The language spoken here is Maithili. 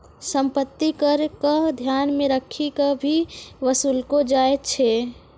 सम्पत्ति कर क ध्यान मे रखी क भी कर वसूललो जाय छै